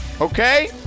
okay